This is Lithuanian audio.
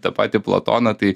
tą patį platoną tai